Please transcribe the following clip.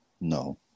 No